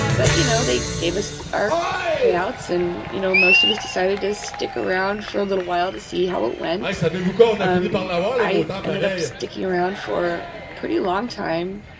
but you know they gave us our payouts and you know most of us decided to stick around for a little while to see how it went um i ended up sticking around for a pretty long time.